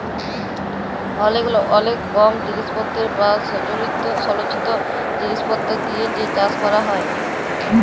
অলেক কম জিলিসপত্তর বা সলচিত জিলিসপত্তর দিয়ে যে চাষ ক্যরা হ্যয়